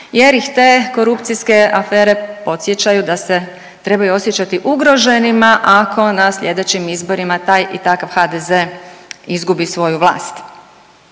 jer ih te korupcijske afere podsjećaju da se trebaju osjećati ugroženima ako na slijedećim izborima taj i takav HDZ izgubi svoju vlast.